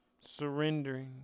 surrendering